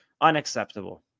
unacceptable